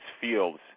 Fields